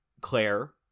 Claire